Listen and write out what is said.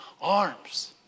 arms